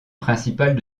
principale